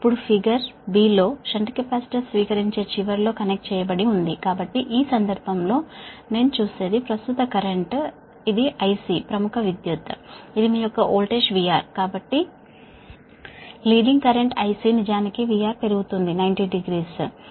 ఇప్పుడు చిత్రం లో షంట్ కెపాసిటర్ స్వీకరించే ఎండ్ లో కనెక్ట్ చేయబడి ఉంది కాబట్టి ఈ సందర్భంలో నేను చూసేది లీడింగ్ కరెంట్ ఇది IC ప్రముఖ విద్యుత్ ఇది మీ యొక్క వోల్టేజ్ VR కాబట్టి లీడింగ్ కరెంటు Ic నిజానికి VR పెరుగుతుంది 90 డిగ్రీలు